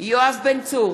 יואב בן צור,